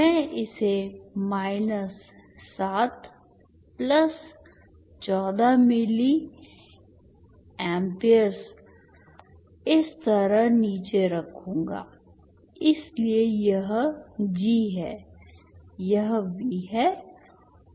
मैं इसे माइनस 7 और प्लस 14 मिली एएमपीएस इस तरह नीचे रखूंगा इसलिए यह G है यह V है और यह I है